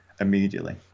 immediately